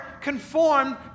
conformed